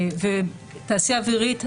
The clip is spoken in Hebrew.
התעשייה האווירית,